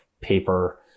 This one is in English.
paper